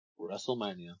WrestleMania